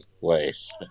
ways